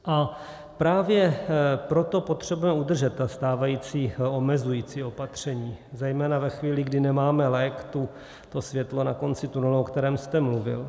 A právě proto potřebujeme udržet ta stávající omezující opatření, zejména ve chvíli, kdy nemáme lék, to světlo na konci tunelu, o kterém jste mluvil.